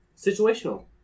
Situational